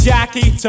Jackie